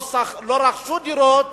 שלא רכשו דירות,